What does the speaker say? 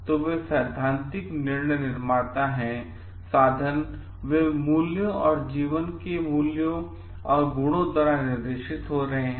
तो वे सैद्धांतिक निर्णय निर्माता हैं साधन वे मूल्यों और जीवन के मूल्यों और गुणों द्वारा निर्देशित हो रहे हैं